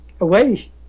away